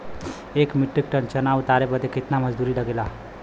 एक metric tonne चना उतारे बदे कितना मजदूरी लगे ला?